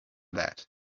that